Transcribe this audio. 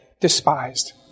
despised